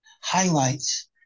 highlights